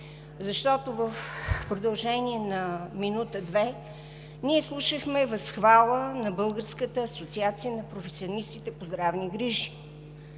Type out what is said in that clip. защото в продължение на минута-две ние слушахме възхвала на Българската асоциация на професионалистите по здравни грижи.